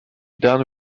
done